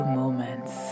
moments